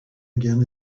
again